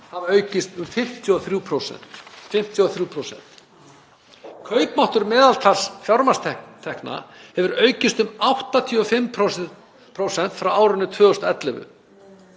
hafa aukist um 53%. Kaupmáttur meðaltekna fjármagnstekna hefur aukist um 85% frá árinu 2011